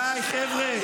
די, חבר'ה.